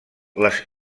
les